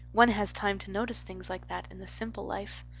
one has time to notice things like that in the simple life.